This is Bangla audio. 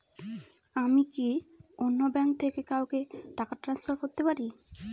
আমি কি অন্য ব্যাঙ্ক থেকে কাউকে টাকা ট্রান্সফার করতে পারি?